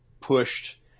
pushed